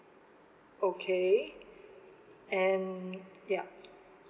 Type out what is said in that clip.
okay and yup